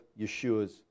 Yeshua's